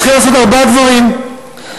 צריך לעשות ארבעה דברים ידועים.